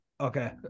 Okay